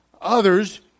Others